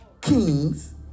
kings